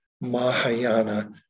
Mahayana